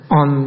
on